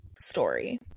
story